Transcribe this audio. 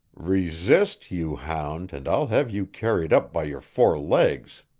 resist, you hound, and i'll have you carried up by your four legs.